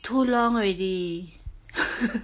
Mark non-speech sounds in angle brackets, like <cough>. two long already <laughs>